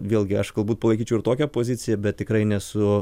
vėlgi aš galbūt palaikyčiau ir tokią poziciją bet tikrai nesu